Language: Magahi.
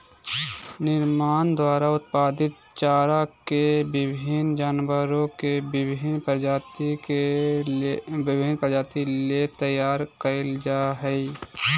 निर्माण द्वारा उत्पादित चारा के विभिन्न जानवर के विभिन्न प्रजाति ले तैयार कइल जा हइ